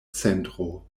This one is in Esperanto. centro